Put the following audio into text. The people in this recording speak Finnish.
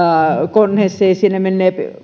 koneeseen ja näin poispäin